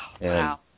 Wow